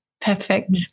perfect